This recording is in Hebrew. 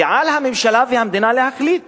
ועל הממשלה והמדינה להחליט